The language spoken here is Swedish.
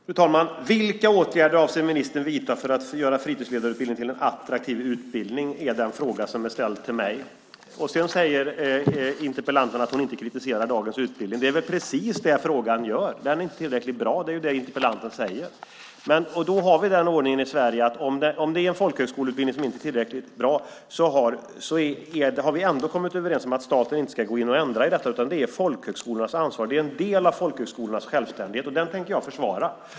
Fru talman! Vilka åtgärder avser ministern att vidta för att göra fritidsledarutbildningen till en attraktiv utbildning? Det är den fråga som är ställd till mig. Sedan säger interpellanten att hon inte kritiserar dagens utbildning. Det är precis det frågan gör. Den är inte tillräckligt bra. Det är det interpellanten säger. Vi har den ordningen i Sverige att om det är en folkhögskoleutbildning som inte är tillräckligt bra har vi ändå kommit överens om att staten inte ska gå in och ändra i detta, utan det är folkhögskolornas ansvar. Det är en del av folkhögskolornas självständighet, och den tänker jag försvara.